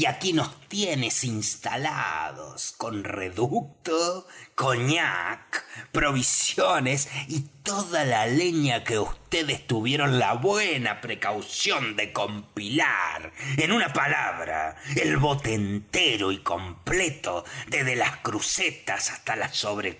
aquí nos tienes instalados con reducto cognac provisiones y toda la leña que vds tuvieron la buena precaución de compilar en una palabra el bote entero y completo desde las crucetas hasta la